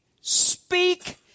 speak